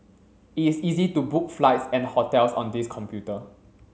it is easy to book flights and hotels on this computer